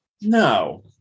No